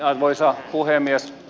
arvoisa puhemies